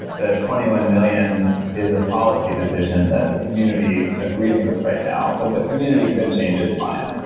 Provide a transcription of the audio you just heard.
the twenty one million is a policy decision that the community agrees with right now, but the community could change its mind.